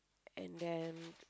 and then